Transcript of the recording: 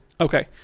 Okay